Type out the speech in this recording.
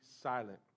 silent